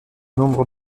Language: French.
nombre